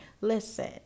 listen